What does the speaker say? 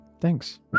Thanks